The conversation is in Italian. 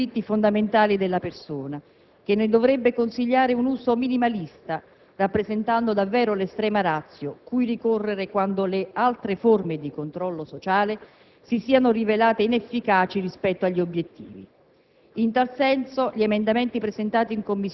violenza strutturale e di violazione di diritti fondamentali della persona, che ne dovrebbe consigliare un uso minimalista, rappresentando davvero l'estrema *ratio* cui ricorrere quando le altre forme di controllo sociale si siano rivelate inefficaci rispetto agli obiettivi.